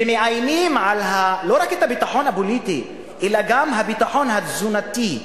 ומאיימים לא רק על הביטחון הפוליטי אלא גם הביטחון התזונתי,